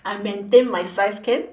I maintain my size can